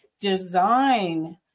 design